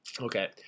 Okay